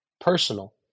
personal